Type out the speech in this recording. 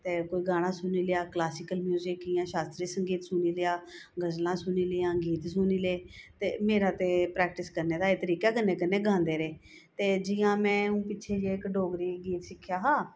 ते कोई गाना सुनी लेआ क्लाससिकल म्यूजिक इयां शास्तरी संगीत सुनी लेआ गजलं सुनी लेइयां गीत सुनी ले ते मेरा ते प्रैक्टिस करनी दा एह् तरीका ऐ ते कन्नै कन्नै गांदे रेह् ते जियां मैं हून पिच्छे जेह् इक डोगरी गीत सिक्खेआ हा